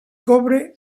cobre